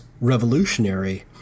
revolutionary